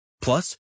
Plus